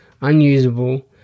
unusable